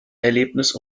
erlebnis